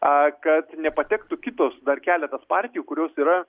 a kad nepatektų kitos dar keletas partijų kurios yra